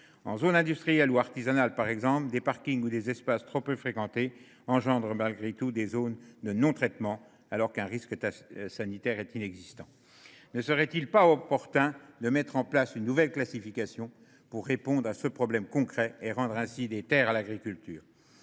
En zone industrielle ou artisanale, par exemple, la présence d’un parking ou d’un espace trop peu fréquenté engendre à elle seule l’application d’une distance de non traitement, alors même que le risque sanitaire est inexistant. Ne serait il pas opportun de mettre en place une nouvelle classification pour répondre à ce problème concret et rendre ainsi des terres à l’agriculture ?